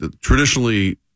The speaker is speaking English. traditionally